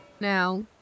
Now